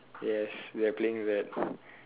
yes we are playing that